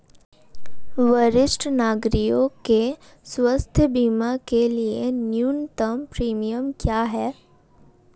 वरिष्ठ नागरिकों के स्वास्थ्य बीमा के लिए न्यूनतम प्रीमियम क्या है?